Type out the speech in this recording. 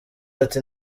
ati